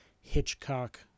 Hitchcock